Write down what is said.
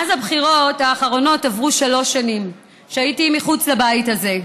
מאז הבחירות האחרונות עברו שלוש שנים שבהן הייתי מחוץ לבית הזה.